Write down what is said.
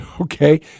okay